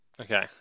Okay